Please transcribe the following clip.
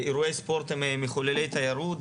אירועי ספורט הם ממחוללי תיירות,